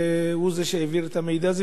והוא שהעביר את המידע הזה.